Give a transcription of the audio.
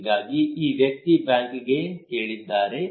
ಹೀಗಾಗಿ ಈ ವ್ಯಕ್ತಿ ಬ್ಯಾಂಕ್ಗೆ ಕೇಳಿದ್ದಾರೆ